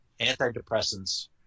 antidepressants